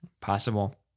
Possible